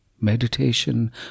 meditation